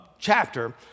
chapter